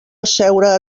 asseure